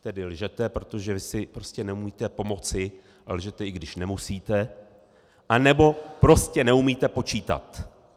Tedy lžete, protože vy si prostě neumíte pomoci, a lžete, i když nemusíte, anebo prostě neumíte počítat.